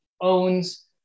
owns